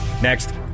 Next